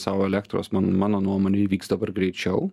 sau elektros man mano nuomone įvyks dabar greičiau